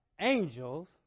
angels